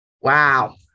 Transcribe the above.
Wow